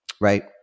right